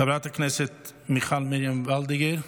חברת הכנסת מיכל מרים וולדיגר,